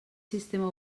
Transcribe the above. sistema